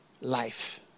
life